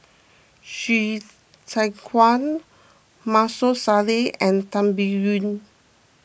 Hsu Tse Kwang Maarof Salleh and Tan Biyun